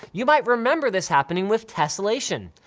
you might remember this happening with tesselation.